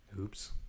Oops